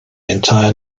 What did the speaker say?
entire